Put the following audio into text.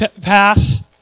Pass